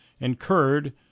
incurred